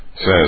says